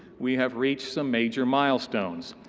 we have reached some major milestones.